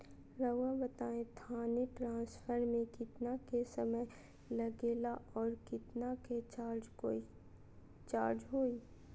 रहुआ बताएं थाने ट्रांसफर में कितना के समय लेगेला और कितना के चार्ज कोई चार्ज होई?